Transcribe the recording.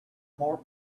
more